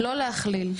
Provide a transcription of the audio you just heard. לא להכליל.